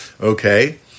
Okay